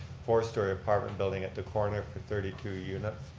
four story apartment building at the corner for thirty two units.